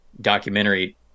documentary